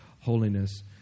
holiness